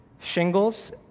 shingles